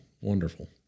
wonderful